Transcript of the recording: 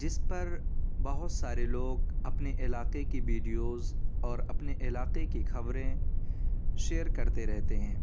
جس پر بہت سارے لوگ اپنے علاقے کی ویڈیوز اور اپنے علاقے کی خبریں شیئر کرتے رہتے ہیں